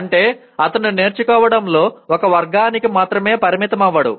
అంటే అతను నేర్చుకోవడంలో ఒక మార్గానికి మాత్రమే పరిమితమవ్వడు